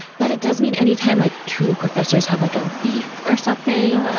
but it does mean anytime like two professors have, like, a beef or something,